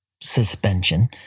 suspension